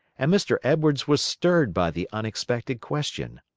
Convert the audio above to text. and mr. edwards was stirred by the unexpected question.